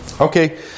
Okay